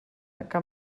que